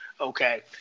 okay